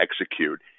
execute